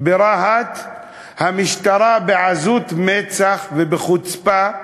המשטרה, בעזות מצח ובחוצפה,